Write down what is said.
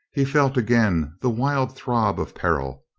he felt again the wild throb of peril,